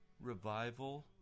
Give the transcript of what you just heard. revival